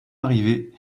arrivée